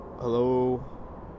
Hello